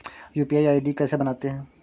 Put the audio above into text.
UPI ID कैसे बनाते हैं?